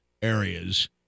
Areas